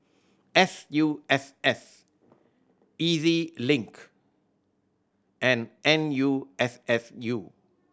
S U S S E Z Link and N U S S U